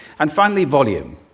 and finally, volume.